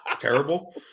terrible